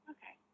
Okay